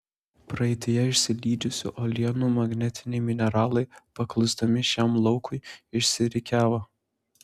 praeityje išsilydžiusių uolienų magnetiniai mineralai paklusdami šiam laukui išsirikiavo